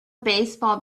baseball